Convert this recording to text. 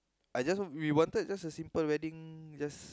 I just we wanted just a simple wedding just